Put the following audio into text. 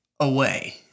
away